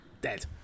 dead